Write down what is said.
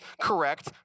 correct